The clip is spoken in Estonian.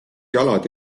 jalad